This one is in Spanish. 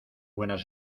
buenas